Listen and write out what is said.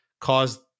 caused